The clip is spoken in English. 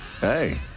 Hey